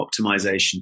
optimization